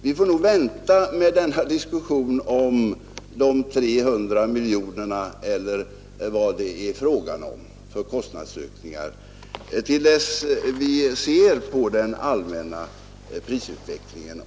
Vi får nog vänta med att diskutera de 300 miljonerna eller vad det är fråga om för kostnadsökningar till dess att vi ser på den allmänna prisutvecklingen.